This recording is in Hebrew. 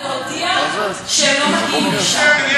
הן צריכות להודיע שהן לא מגיעות לשם.